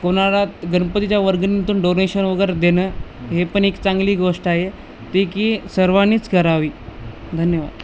कोणाला गणपतीच्या वर्गणीतून डोनेशन वगैरे देणं हेपण एक चांगली गोष्ट आहे ते की सर्वांनीच करावी धन्यवाद